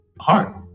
heart